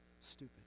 stupid